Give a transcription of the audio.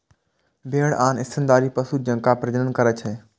भेड़ आन स्तनधारी पशु जकां प्रजनन करै छै